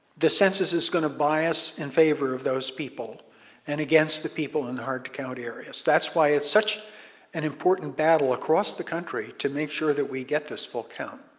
the census is gonna bias in favor of those people and against the people in hard to count areas. that's why it's such an important battle across the country to make sure that we get this full count.